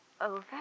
Over